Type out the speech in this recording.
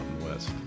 West